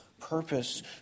purpose